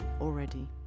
already